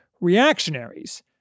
reactionaries